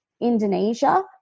Indonesia